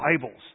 Bibles